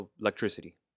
electricity